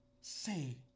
say